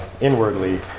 inwardly